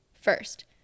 First